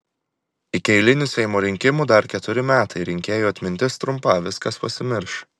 iki eilinių seimo rinkimų dar keturi metai rinkėjų atmintis trumpa viskas pasimirš